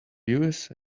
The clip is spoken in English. usa